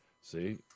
See